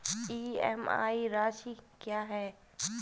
EMI राशि क्या है?